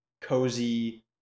cozy